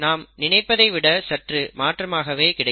நாம் நினைப்பதை விட சற்று மாற்றமாகவே கிடைக்கும்